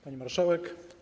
Pani Marszałek!